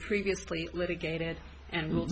previously litigated and will